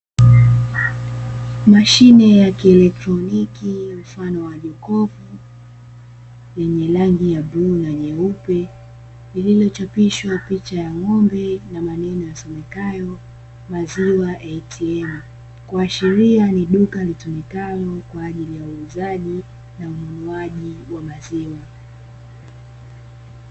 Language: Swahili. Mashine ya kielektroniki mfano wa jokofu yenye rangi ya bluu na nyeupe, iliyochapishwa picha ya ng'ombe na maneno yasomekayo maziwa "ATM". Kuashiria ni duka litumikalo kwa ajili ya uuzaji na ununuaji wa maziwa.